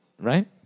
right